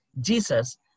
Jesus